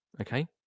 Okay